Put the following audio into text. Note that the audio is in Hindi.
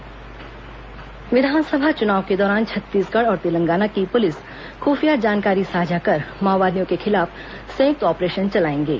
पुलिस बैठक विधानसभा चुनाव के दौरान छत्तीसगढ़ और तेलंगाना की पुलिस खुफिया जानकारी साझा कर माओवादियों के खिलाफ संयुक्त ऑपरेशन चलाएंगे